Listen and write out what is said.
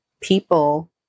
people